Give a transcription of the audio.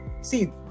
See